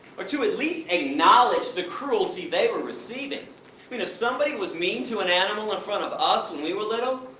or to, at least, acknowledge the cruelty they were receiving. i mean, if somebody was mean to an animal in front of us when we were little,